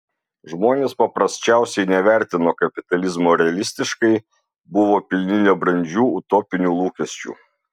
žmonės paprasčiausiai nevertino kapitalizmo realistiškai buvo pilni nebrandžių utopinių lūkesčių